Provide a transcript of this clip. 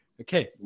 Okay